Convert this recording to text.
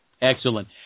Excellent